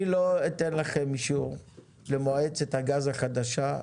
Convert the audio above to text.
אני לא אתן לכם אישור במועצת הגז החדשה,